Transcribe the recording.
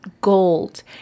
gold